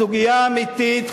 הסוגיה האמיתית,